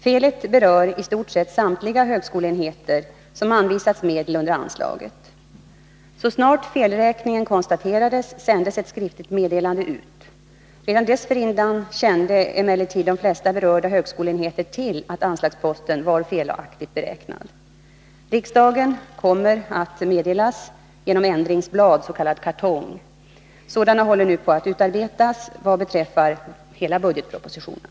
Felet berör i stort sett samtliga högskoleenheter som anvisas medel under anslaget. Så snart felräkningen konstaterats sändes ett skriftligt meddelande ut. Redan dessförinnan kände emellertid de flesta berörda högskoleenheter till att anslagsposten var felaktigt beräknad. Riksdagen kommer att meddelas genom ändringsblad, s.k. kartong. Sådana håller nu på att utarbetas vad beträffar hela budgetpropositionen.